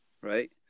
Right